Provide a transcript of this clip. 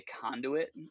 conduit